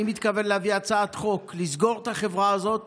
אני מתכוון להביא הצעת חוק לסגור את החברה הזאת